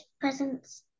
presents